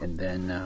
and then